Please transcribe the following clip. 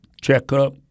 checkup